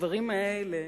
הדברים האלה,